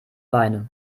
beine